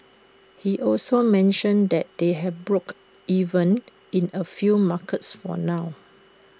he also mentioned that they have broke even in A few markets for now